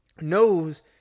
knows